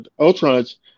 Ultron's